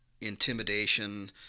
intimidation